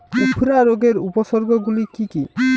উফরা রোগের উপসর্গগুলি কি কি?